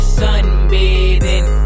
sunbathing